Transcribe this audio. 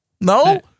no